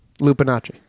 Lupinacci